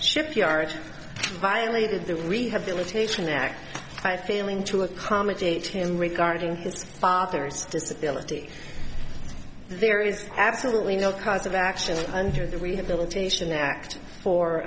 shipyard violated the rehab dilatation act by failing to accommodate him regarding his father's disability there is absolutely no cause of action under the rehabilitation act for